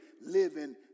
living